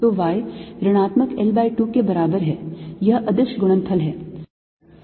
तो y ऋणात्मक L by 2 के बराबर है यह अदिश गुणनफल है